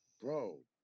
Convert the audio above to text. Bro